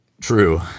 True